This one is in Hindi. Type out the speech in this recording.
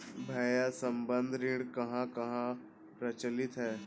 भैया संबंद्ध ऋण कहां कहां प्रचलित है?